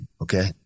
Okay